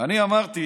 אמרתי